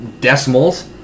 decimals